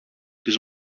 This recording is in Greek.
τις